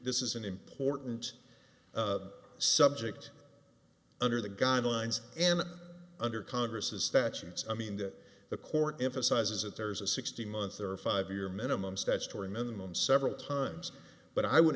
this is an important subject under the guidelines and under congress statutes i mean that the court emphasizes that there's a sixteen months there a five year minimum statutory minimum several times but i would